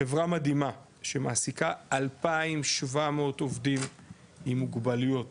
חברה מדהימה שמעסיקה 2,700 עובדים עם מוגבלויות,